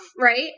right